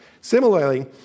Similarly